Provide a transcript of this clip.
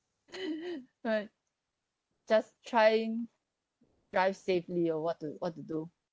right just trying drive safely oh what to what to do